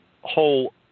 whole